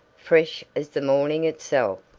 fresh as the morning itself.